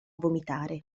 vomitare